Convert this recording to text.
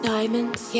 Diamonds